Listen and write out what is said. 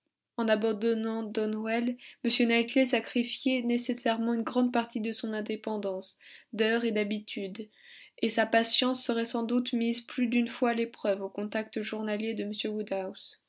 en abandonnant donwell m knightley sacrifiait nécessairement une grande partie de son indépendance d'heures et d'habitudes et sa patience serait sans doute mise plus d'une fois à l'épreuve au contact journalier de